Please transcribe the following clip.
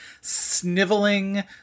sniveling